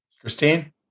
Christine